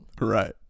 Right